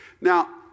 Now